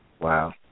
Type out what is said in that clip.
Wow